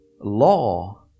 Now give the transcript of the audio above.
Law